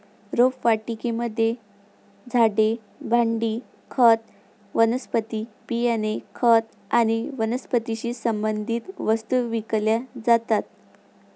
रोपवाटिकेमध्ये झाडे, भांडी, खत, वनस्पती बियाणे, खत आणि वनस्पतीशी संबंधित वस्तू विकल्या जातात